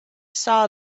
saw